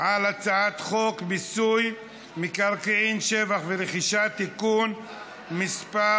על הצעת חוק מיסוי מקרקעין (שבח ורכישה) (תיקון מס'